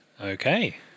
Okay